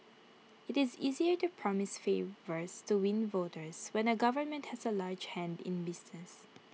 IT is easier to promise favours to win voters when A government has A large hand in business